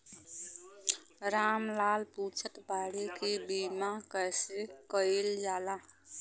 राम लाल पुछत बाड़े की बीमा कैसे कईल जाला?